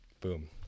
Boom